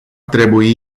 trebui